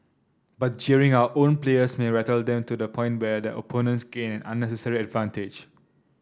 but jeering our own players may rattle them to the point where their opponents gain an unnecessary advantage